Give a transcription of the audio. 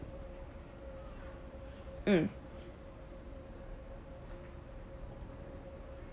mm